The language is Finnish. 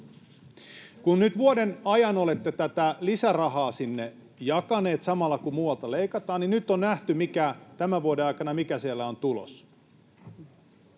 Kun nyt vuoden ajan olette tätä lisärahaa sinne jakaneet, samalla kun muualta leikataan, niin nyt on nähty tämän vuoden aikana, mikä siellä on tulos.